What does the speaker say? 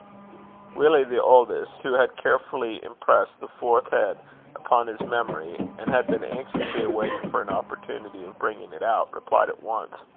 willie, the eldest, who had carefully impressed the fourth head upon his memory, and had been anxiously waiting for an opportunity of bringing it out, replied at once